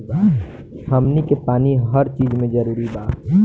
हमनी के पानी हर चिज मे जरूरी बा